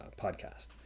podcast